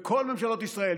כל ממשלות ישראל,